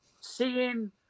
seeing